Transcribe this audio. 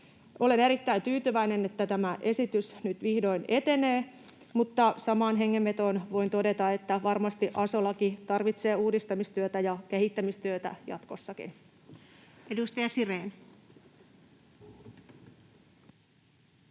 Olen erittäin tyytyväinen, että tämä esitys nyt vihdoin etenee, mutta samaan hengenvetoon voin todeta, että varmasti aso-laki tarvitsee uudistamistyötä ja kehittämistyötä jatkossakin. [Speech